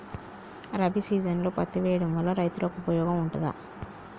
రబీ సీజన్లో పత్తి వేయడం వల్ల రైతులకు ఉపయోగం ఉంటదా?